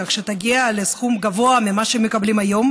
כך שתגיע לסכום גבוה ממה שהם מקבלים היום,